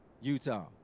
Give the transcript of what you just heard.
Utah